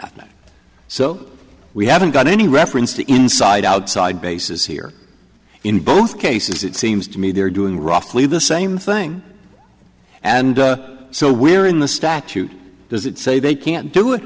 that so we haven't got any reference to inside outside bases here in both cases it seems to me they're doing roughly the same thing and so we're in the statute does it say they can't do it